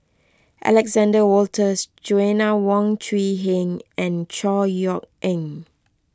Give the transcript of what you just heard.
Alexander Wolters Joanna Wong Quee Heng and Chor Yeok Eng